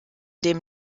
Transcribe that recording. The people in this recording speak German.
dem